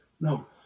No